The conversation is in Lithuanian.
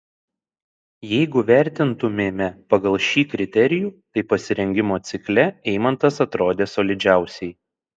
jeigu vertintumėme pagal šį kriterijų tai pasirengimo cikle eimantas atrodė solidžiausiai